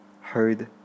heard